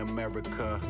America